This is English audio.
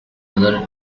other